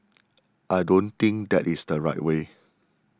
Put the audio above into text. I don't think that is the right way